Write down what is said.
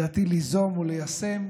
בדעתי ליזום וליישם,